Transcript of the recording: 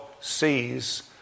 sees